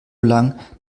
lang